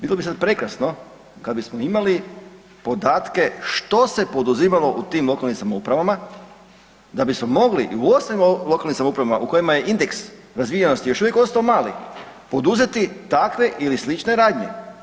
Bilo bi sad prekrasno kad bismo imali podatke što se poduzimalo u tim lokalnim samouprava da bismo mogli u ostalim lokalnim samoupravama u kojima je indeks razvijenosti još uvijek ostao mali, poduzeti takve ili slične radnje.